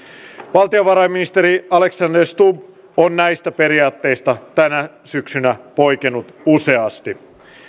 valtiovarainministeri alexander stubb on näistä periaatteista tänä syksynä poikennut useasti